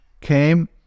came